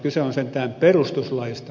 kyse on sentään perustuslaista